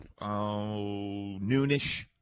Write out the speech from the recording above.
noonish